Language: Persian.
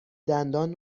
دندان